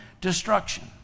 destruction